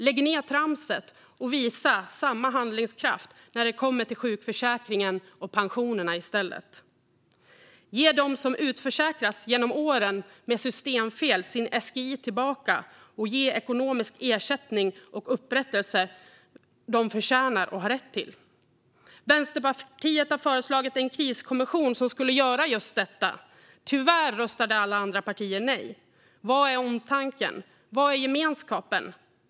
Lägg ned tramset och visa samma handlingskraft när det kommer till sjukförsäkringen och pensionerna i stället! Ge SGI tillbaka till dem som på grund av systemfel genom åren har utförsäkrats, och ge dem den ekonomiska ersättning och upprättelse som de förtjänar och har rätt till! Vänsterpartiet har föreslagit en kriskommission som skulle göra just detta. Tyvärr röstade alla andra partier nej. Var är omtanken? Var är gemenskapen?